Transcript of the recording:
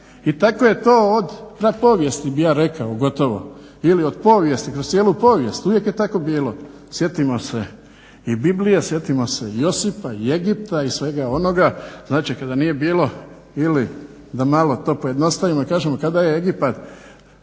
I tako je to od pretpovijesti bih ja rekao gotovo ili od povijest, kroz cijelu povijest uvijek je tako bilo. Sjetimo se i Biblije, sjetimo se i Josipa, i Egipta i svega onoga, znači kada nije bilo ili da malo to pojednostavimo i kažemo kada je Egipat